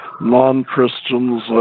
non-Christians